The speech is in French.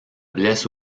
blesse